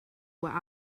where